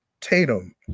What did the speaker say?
Tatum